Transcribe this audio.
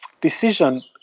decision